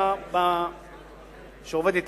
שעובד אתי,